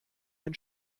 den